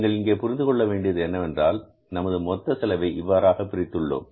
நீங்கள் இங்கே புரிந்து கொள்ள வேண்டியது என்னவென்றால் நமது மொத்த செலவை இவ்வாறாக பிரித்துள்ளோம்